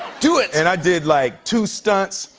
do it! and i did like two stunts.